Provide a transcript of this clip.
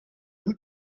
new